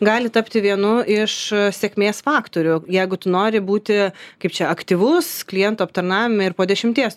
gali tapti vienu iš sėkmės faktorių jeigu tu nori būti kaip čia aktyvus klientų aptarnavime ir po dešimties